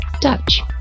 Dutch